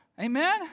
amen